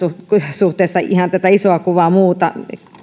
suhteessa ihan tätä isoa kuvaa muuta